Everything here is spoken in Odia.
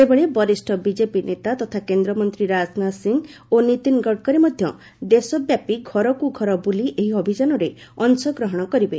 ସେହିଭଳି ବରିଷ୍ଠ ବିଜେପି ନେତା ତଥା କେନ୍ଦ୍ରମନ୍ତ୍ରୀ ରାଜନାଥ ସିଂହ ଓ ନୀତିନ ଗଡ଼କରୀ ମଧ୍ୟ ଦେଶବ୍ୟାପୀ ଘରକୃଘର ବୁଲି ଏହି ଅଭିଯାନରେ ଅଂଶ ଗ୍ରହଣ କରିବେ